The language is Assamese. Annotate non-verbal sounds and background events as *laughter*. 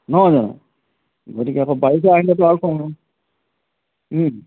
নহয় জানো গতিকে আকৌ বাৰিষা আহিলেতো *unintelligible*